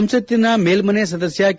ಸಂಸತ್ತಿನ ಮೇಲ್ಮನೆ ಸದಸ್ಯ ಕೆ